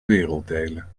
werelddelen